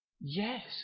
yes